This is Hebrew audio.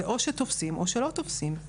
או שתופסים או שלא תופסים.